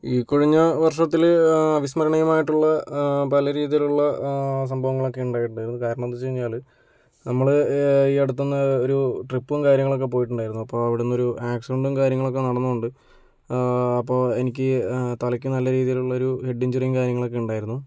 ഈ കഴിഞ്ഞ വർഷത്തില് അവിസ്മരണീയമായിട്ടുള്ള പല രീതിയിലുള്ള സംഭവങ്ങളൊക്കെ ഉണ്ടായിട്ടുണ്ട് കാരണം എന്താന്ന് വച്ച് കഴിഞ്ഞാല് നമ്മള് ഈ അടുത്തൊന്നും ഒരു ട്രിപ്പും കാര്യങ്ങളക്കെ പോയിട്ടുണ്ടായിരുന്നു അപ്പം അവിടുന്നൊരു ആക്സിഡന്റും കാര്യങ്ങളൊക്കെ നടന്നത് കൊണ്ട് അപ്പോൾ എനിക്ക് തലക്ക് നല്ല രീതിയിലുള്ളൊരു ഹെഡ് ഇഞ്ച്വറീം കാര്യങ്ങളക്കെ ഉണ്ടായിരുന്നു